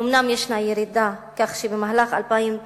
אומנם יש ירידה, שכן שבמהלך 2009